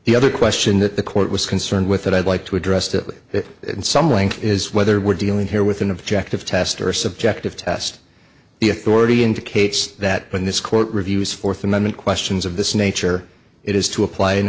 the other question that the court was concerned with that i'd like to address to that in some length is whether we're dealing here with an objective test or a subjective test the authority indicates that when this court reviews fourth amendment questions of this nature it is to apply an